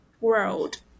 world